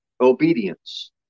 obedience